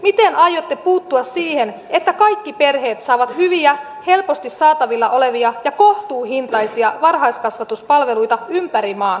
miten aiotte puuttua siihen että kaikki perheet saavat hyviä helposti saatavilla olevia ja kohtuuhintaisia varhaiskasvatuspalveluita ympäri maan